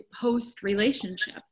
post-relationship